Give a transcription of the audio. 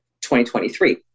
2023